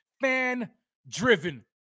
Fan-driven